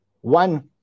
One